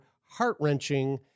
heart-wrenching